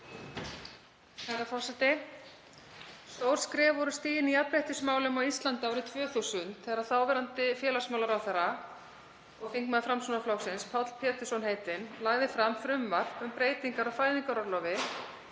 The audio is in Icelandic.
Herra forseti. Stór skref voru stigin í jafnréttismálum á Íslandi árið 2000 þegar þáverandi félagsmálaráðherra og þingmaður Framsóknarflokksins, Páll Pétursson heitinn, lagði fram frumvarp um breytingar á fæðingarorlofi